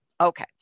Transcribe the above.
Okay